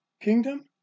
Kingdom